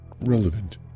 relevant